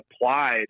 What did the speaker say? applied